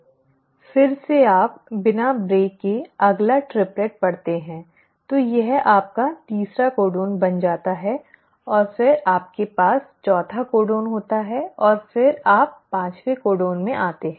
फिर से आप बिना ब्रेक के अगला ट्रिपल पढ़ते हैं तो यह आपका तीसरा कोडन बन जाता है और फिर आपके पास चौथा कोडन होता है और फिर आप पांचवें कोडन में आते हैं